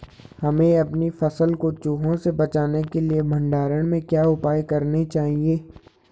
हमें अपनी फसल को चूहों से बचाने के लिए भंडारण में क्या उपाय करने चाहिए?